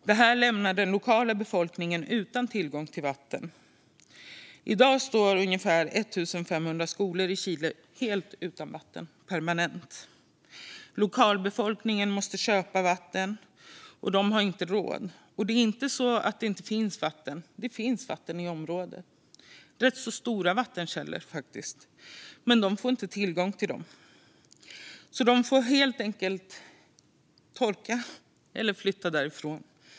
Detta lämnar den lokala befolkningen utan tillgång till vatten. I dag står ungefär 1 500 skolor i Chile permanent helt utan vatten. Lokalbefolkningen måste köpa vatten, och de har inte råd. Det är inte så att det inte finns vatten i området. Det finns faktiskt rätt stora vattenkällor, men de får inte tillgång till dem. De får helt enkelt torka eller flytta därifrån.